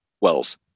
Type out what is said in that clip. Wells